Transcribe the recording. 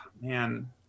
Man